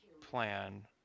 plan